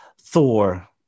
Thor